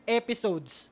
episodes